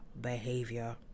behavior